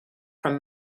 from